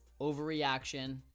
overreaction